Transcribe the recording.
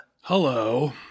hello